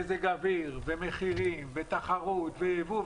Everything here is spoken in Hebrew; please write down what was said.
מזג האוויר ומחירים ותחרות וייבוא,